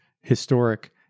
historic